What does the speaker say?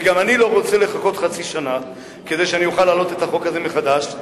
ואני גם לא רוצה לחכות חצי שנה כדי שאוכל להעלות את החוק הזה מחדש,